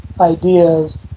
ideas